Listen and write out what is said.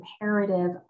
imperative